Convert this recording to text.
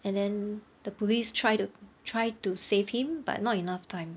and then the police try to try to save him but not enough time